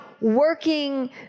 working